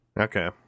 okay